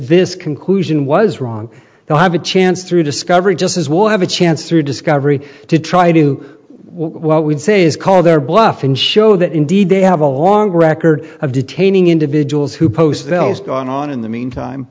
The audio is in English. this conclusion was wrong they'll have a chance through discovery just as well have a chance through discovery to try to do what we say is call their bluff and show that indeed they have a long record of detaining individuals who post those gone on in the meantime